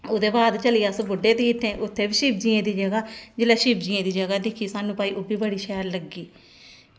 ते ओह्दे बाद जेल्लै अस बुड्ढें तीरथें उत्थें बी शिवजियें दी जगह जेल्लै शिवजियें दी जगह दिक्खी ते सानूं भई ओह्बी शैल लग्गी